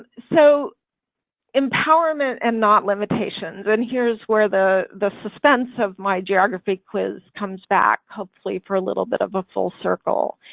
so empowerment and not limitations, and here's where the the suspense of my geography quiz comes back hopefully for a little bit of a full circle